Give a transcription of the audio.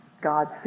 God